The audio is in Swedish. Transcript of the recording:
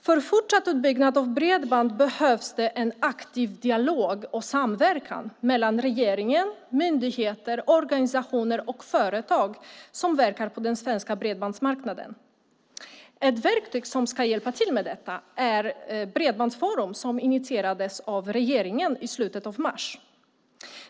För fortsatt utbyggnad av bredband behövs det en aktiv dialog och samverkan mellan regeringen, myndigheter, organisationer och företag som verkar på den svenska bredbandsmarknaden. Ett verktyg som ska hjälpa till med detta är Bredbandsforum, som initierades av regeringen i slutet av mars.